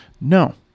no